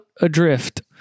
adrift